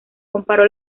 comparó